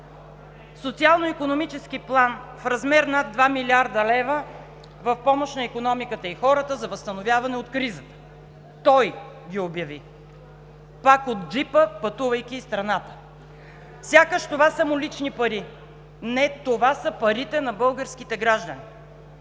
социално-икономически план в размер над 2 млрд. лв. в помощ на икономиката и хората за възстановяване от кризата. Той ги обяви! Пак от джипа, пътувайки из страната, сякаш това са му лични пари. Не, това са парите на българските граждани!